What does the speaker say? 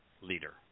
leader